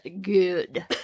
good